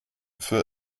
für